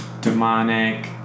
demonic